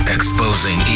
Exposing